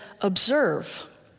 observe